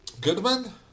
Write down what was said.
Goodman